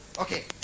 Okay